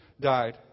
died